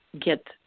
get